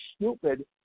stupid